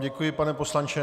Děkuji vám, pane poslanče.